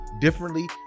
differently